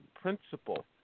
principle